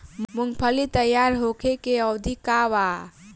मूँगफली तैयार होखे के अवधि का वा?